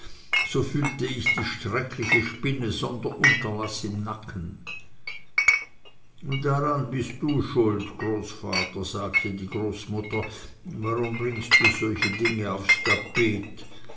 so fühlte ich die schreckliche spinne sonder unterlaß im nacken daran bist du schuld großvater sagte die großmutter warum bringst du solche dinge aufs tapet